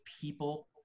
people